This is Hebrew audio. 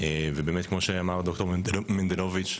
וכמו שאמר ד"ר מנדלוביץ'